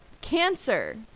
cancer